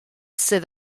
sydd